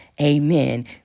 Amen